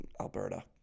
Alberta